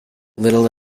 little